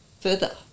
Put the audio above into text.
further